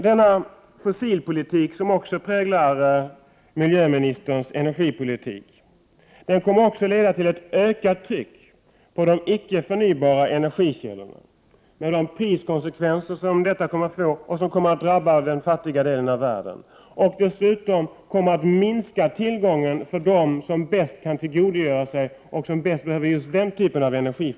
Den här fossilpolitiken, som också har satt sin prägel på miljöministern energipolitik, kommer även att leda till ett ökat tryck när det gäller de icke förnybara energikällorna. Det är bara att se till de konsekvenser som detta prismässigt kommer att få och som kommer att drabba den fattiga delen av världen. Dessutom kommer tillgången att minska för dem som bäst behöver just den här typen av energi.